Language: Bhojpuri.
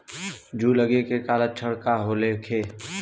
जूं लगे के का लक्षण का होखे?